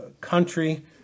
country